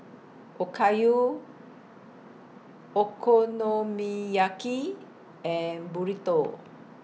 Okayu Okonomiyaki and Burrito